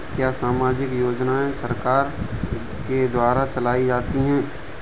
क्या सामाजिक योजनाएँ सरकार के द्वारा चलाई जाती हैं?